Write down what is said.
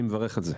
אני מברך על זה.